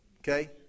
okay